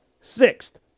Sixth